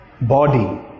body